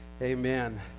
Amen